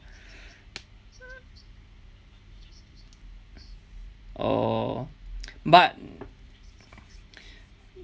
oh but